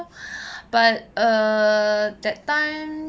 but err that time